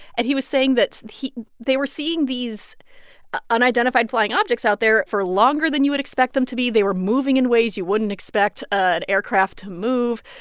and he was saying that he they were seeing these unidentified flying objects out there for longer than you would expect them to be. they were moving in ways you wouldn't expect an aircraft to move.